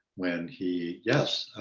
when he, yes,